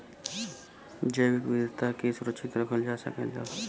जैविक विविधता के सुरक्षित रखल जा सकल जाला